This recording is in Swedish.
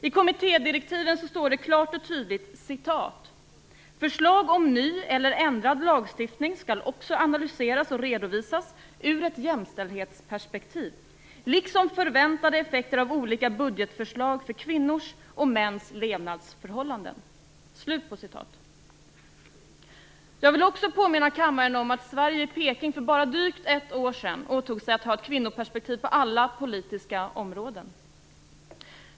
I kommittédirektiven står det klart och tydligt "Förslag om ny eller ändrad lagstiftning skall också analyseras och redovisas ur ett jämställdhetsperspektiv liksom förväntade effekter av olika budgetförslag för kvinnors och mäns levnadsförhållanden." Jag vill också påminna kammaren om att Sverige i Peking för bara drygt ett år sedan åtog sig att ha ett kvinnoperspektiv på alla politiska områden.